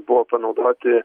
buvo panaudoti